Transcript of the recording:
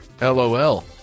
lol